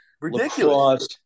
Ridiculous